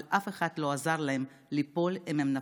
אבל אף אחד לא עזר להם לקום אם הם נפלו.